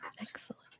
Excellent